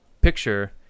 picture